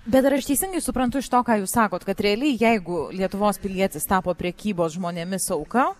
bet aš teisingai suprantu iš to ką jūs sakot kad realiai jeigu lietuvos pilietis tapo prekybos žmonėmis auka